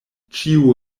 ĉiu